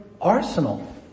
arsenal